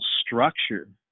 structure